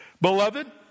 Beloved